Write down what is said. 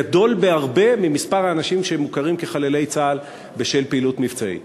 גדול בהרבה ממספר האנשים שמוכרים כחללי צה"ל בשל פעילות מבצעית.